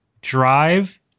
drive